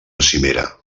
cimera